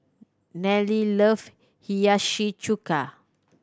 Nelle love Hiyashi Chuka